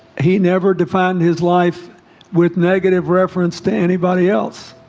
he never defined his life with negative reference to anybody else